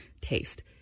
taste